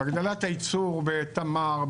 והגדלת הייצור בתמר,